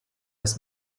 des